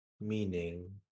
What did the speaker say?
meaning